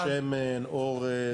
פסטה, שמן, אורז.